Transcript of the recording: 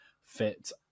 fit